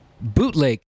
bootleg